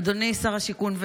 אדוני שר הבינוי והשיכון,